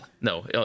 no